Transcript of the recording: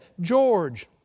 George